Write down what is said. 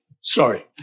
Sorry